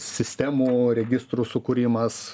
sistemų registrų sukūrimas